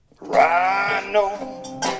rhino